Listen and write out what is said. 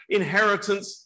inheritance